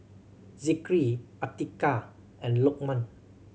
Zikri Atiqah and Lokman